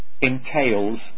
entails